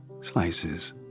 slices